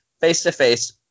face-to-face